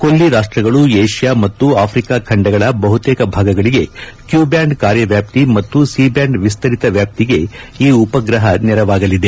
ಕೊಲ್ಲಿ ರಾಷ್ಟಗಳು ಏಷ್ಯಾ ಮತ್ತು ಆಫ್ರಿಕಾ ಖಂಡಗಳ ಬಹುತೇಕ ಭಾಗಗಳಿಗೆ ಕ್ಯೂಬ್ಯಾಂಡ್ ಕಾರ್ಯವ್ಯಾಪ್ತಿ ಮತ್ತು ಸಿ ಬ್ಯಾಂಡ್ ವಿಸ್ತರಿತ ವ್ಯಾಪ್ತಿಗೆ ಈ ಉಪಗ್ರಹ ನೆರವಾಗಲಿದೆ